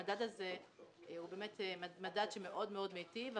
המדד הזה הוא באמת מדד שמאוד מאוד מיטיב.